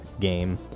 game